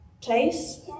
place